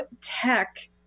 tech